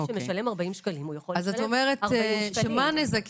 מי שמשלם 40 שקלים, יכול לשלם 40 שקלים.